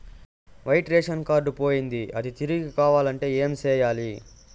white ration card పోయింది అది తిరిగి కావాలంటే ఏం సేయాలి